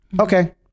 Okay